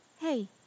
Hey